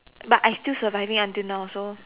but I still surviving until now so